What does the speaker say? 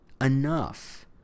enough